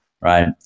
right